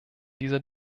dieser